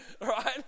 right